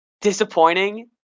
disappointing